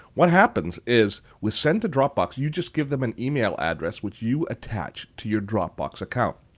what happens is with send to dropbox, you just give them an email address which you attached to your dropbox account.